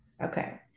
Okay